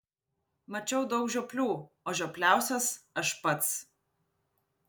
mačiau daug žioplių o žiopliausias aš pats